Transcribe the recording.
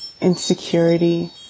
insecurity